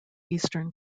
eastern